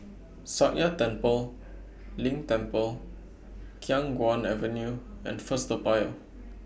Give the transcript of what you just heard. Sakya Tenphel Ling Temple Khiang Guan Avenue and First Toa Payoh